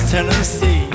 Tennessee